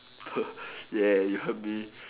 ya ya you heard me